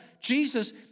Jesus